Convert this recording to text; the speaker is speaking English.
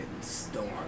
storm